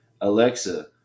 Alexa